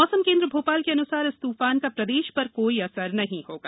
मौसम केंद्र भोपाल के अन्सार इस तूफान का प्रदेश पर कोई असर नहीं होगा